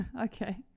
okay